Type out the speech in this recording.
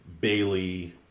Bailey